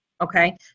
Okay